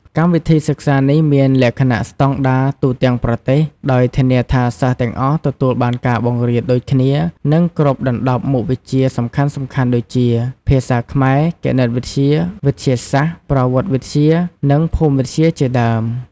កម្មវិធីសិក្សានេះមានលក្ខណៈស្តង់ដារទូទាំងប្រទេស ដោយធានាថាសិស្សទាំងអស់ទទួលបានការបង្រៀនដូចគ្នា និងគ្របដណ្តប់មុខវិជ្ជាសំខាន់ៗដូចជា ភាសាខ្មែរ គណិតវិទ្យា វិទ្យាសាស្ត្រ ប្រវត្តិវិទ្យា និងភូមិវិទ្យាជាដើម។